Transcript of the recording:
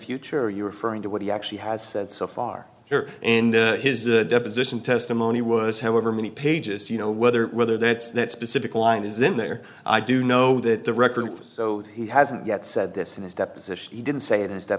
are you referring to what he actually has said so far here and his deposition testimony was however many pages you know whether whether that's that specific line is in there i do know that the record so he hasn't yet said this in his deposition he didn't say